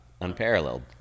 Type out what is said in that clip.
unparalleled